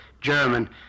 German